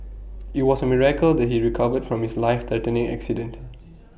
IT was A miracle that he recovered from his life threatening accident